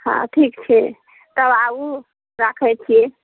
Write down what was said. हाँ ठीक छै तब आबू राखय छियै